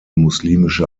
muslimische